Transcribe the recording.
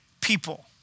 people